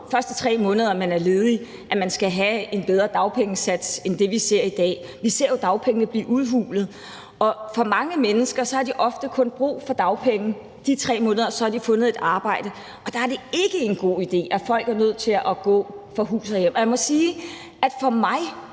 første 3 måneder man er ledig, skal have en bedre dagpengesats end det, vi ser i dag. Vi ser jo dagpengene blive udhulet, og for mange mennesker har de ofte kun brug for dagpenge de 3 måneder, så har de fundet et arbejde, og der er det ikke en god idé, at folk er nødt til at gå fra hus og hjem. Jeg må sige, at for mig